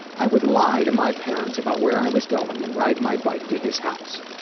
i would lie to my parents about where i was going, and ride my bike to his house.